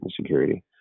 security